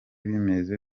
bimeze